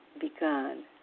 begun